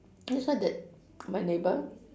that's why that my neighbour